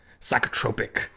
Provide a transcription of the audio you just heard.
psychotropic